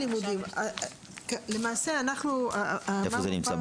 הלימודים, איפה זה נמצא?